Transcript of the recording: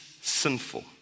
sinful